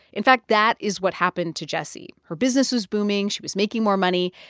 in fact, that is what happened to jessie. her business was booming. she was making more money.